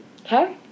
Okay